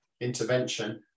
intervention